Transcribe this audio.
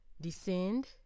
Descend